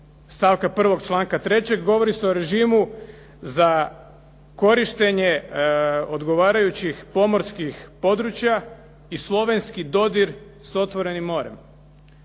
stavka 1. članka 3. govori se o režimu za korištenje odgovarajućih pomorskih područja i slovenski dodir s otvorenim morem.